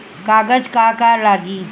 कागज का का लागी?